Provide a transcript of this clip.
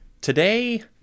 Today